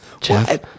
Jeff